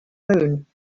moon